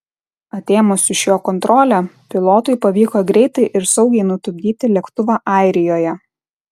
atėmus iš jo kontrolę pilotui pavyko greitai ir saugiai nutupdyti lėktuvą airijoje